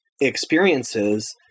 experiences